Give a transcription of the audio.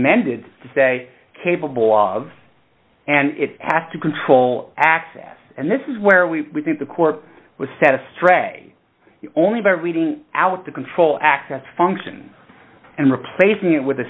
mended to say capable of and it has to control access and this is where we think the court was set astray only by reading out the control access function and replacing it with